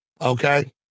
okay